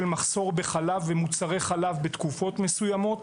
מחסור בחלב ומוצרי חלב בתקופות מסוימות.